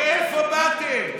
מאיפה באתם?